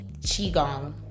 Qigong